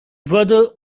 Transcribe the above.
brother